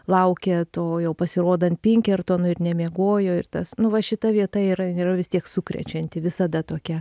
laukė to jau pasirodant pinkertono ir nemiegojo ir tas nu va šita vieta yra yra vis tiek sukrečianti visada tokia